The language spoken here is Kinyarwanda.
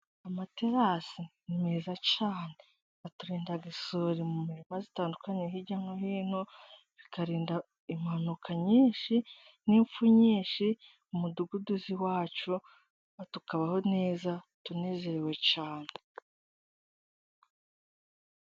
Amaterasi ni meza cyane, aturinda isuri mu mirima itandukanye hirya no hino, bikarinda impanuka nyinshi n'impfu nyinshi mu mudugudu y'iwacu ,tukabaho neza tunezerewe cyane.